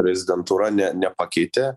prezidentūra ne nepakeitė